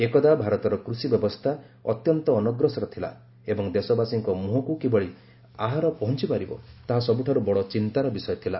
ଏକଦା ଭାରତର କୃଷି ବ୍ୟବସ୍ଥା ଅତ୍ୟନ୍ତ ଅନଗ୍ରସର ଥିଲା ଏବଂ ଦେଶବାସୀଙ୍କ ମୁହଁକୁ କିଭଳି ଆହାର ପହଞ୍ଚିପାରିବ ତାହା ସବୁଠାରୁ ବଡ଼ ଚିନ୍ତାର ବିଷୟ ଥିଲା